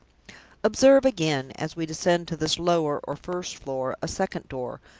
observe, again, as we descend to this lower, or first floor, a second door,